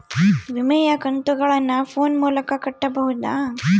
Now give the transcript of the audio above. ವಿಮೆಯ ಕಂತುಗಳನ್ನ ಫೋನ್ ಮೂಲಕ ಕಟ್ಟಬಹುದಾ?